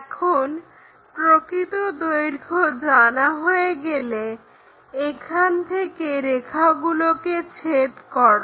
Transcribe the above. এখন প্রকৃত দৈর্ঘ্য জানা হয়ে গেলে এখান থেকে রেখাগুলোকে ছেদ করো